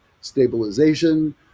stabilization